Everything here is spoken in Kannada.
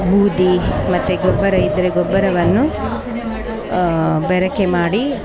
ಬೂದಿ ಮತ್ತು ಗೊಬ್ಬರ ಇದ್ದರೆ ಗೊಬ್ಬರವನ್ನು ಬೆರಕೆ ಮಾಡಿ